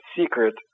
secret